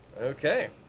Okay